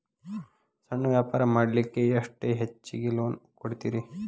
ಸಣ್ಣ ವ್ಯಾಪಾರ ಮಾಡ್ಲಿಕ್ಕೆ ಎಷ್ಟು ಹೆಚ್ಚಿಗಿ ಲೋನ್ ಕೊಡುತ್ತೇರಿ?